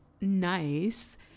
nice